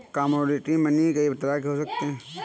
commodity money कई तरह के हो सकते हैं